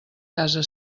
casa